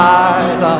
eyes